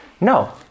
No